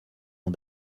ont